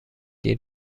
دیر